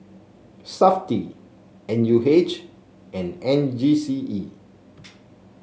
Safti N U H and N G C E